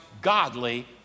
godly